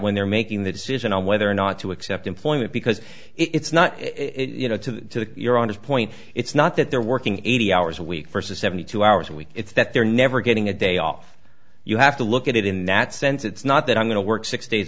when they're making the decision on whether or not to accept employment because it's not you know to your honor's point it's not that they're working eighty hours a week for seventy two hours a week it's that they're never getting a day off you have to look at it in that sense it's not that i'm going to work six days